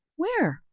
where?